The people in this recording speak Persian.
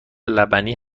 لبنی